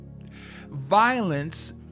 Violence